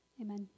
Amen